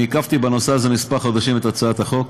אני עיכבתי בנושא הזה את הצעת החוק